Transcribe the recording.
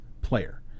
player